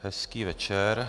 Hezký večer.